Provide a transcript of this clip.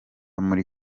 muri